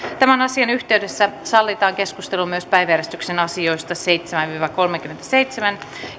tämän asian yhteydessä sallitaan keskustelu myös päiväjärjestyksen asioista seitsemäs viiva kolmekymmentäseitsemän